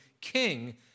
king